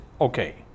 okay